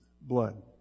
blood